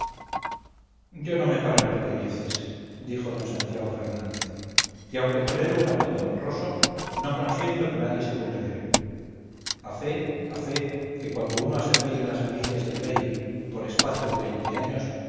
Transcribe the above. yo no me paro en pequeñeces dijo d santiago fernández y aunque tolero un apodo honroso no consiento que nadie se burle de mí a fe a fe que cuando uno ha servido en las milicias del rey por espacio de veinte años